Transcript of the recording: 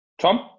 Tom